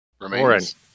remains